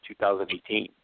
2018